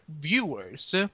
viewers